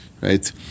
right